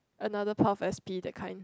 another part of s_p that kind